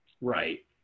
Right